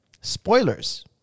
Spoilers